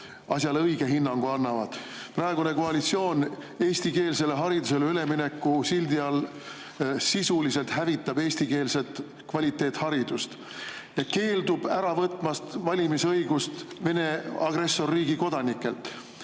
asjale õige hinnangu annavad. Praegune koalitsioon eestikeelsele haridusele ülemineku sildi all sisuliselt hävitab eestikeelset kvaliteetset haridust, keeldub ära võtmast valimisõigust Vene, agressorriigi kodanikelt,